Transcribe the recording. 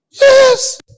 Yes